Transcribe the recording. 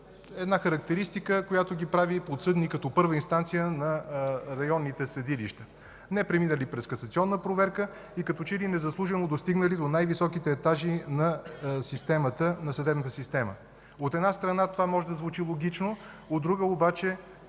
са с характеристика, която ги прави подсъдни като първа инстанция на районните съдилища, непреминали през касационна проверка и като че ли незаслужено достигнали до най-високите етажи на съдебната системата. От една страна, това може да звучи логично, от друга, обаче